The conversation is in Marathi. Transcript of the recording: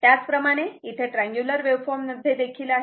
त्याचप्रमाणे इथे ट्रँग्युलर वेव्हफॉर्म मध्ये देखील आहे